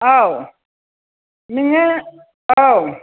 औ नोङो औ